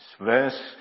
verse